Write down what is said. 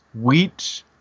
wheat